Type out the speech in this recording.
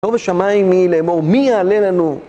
טוב השמיים מלמור, מי יעלה לנו?